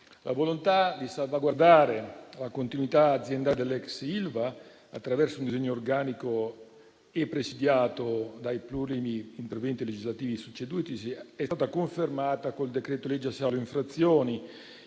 La volontà di salvaguardare la continuità aziendale dell'ex ILVA attraverso un disegno organico e presidiato dai plurimi interventi legislativi succedutisi è stata confermata con il decreto-legge salva infrazioni,